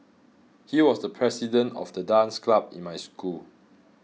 he was the president of the dance club in my school